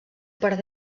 per